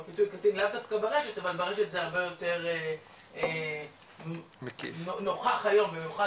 לאו דוקא ברשת אבל ברשת זה הרבה יותר נוכח היום במיוחד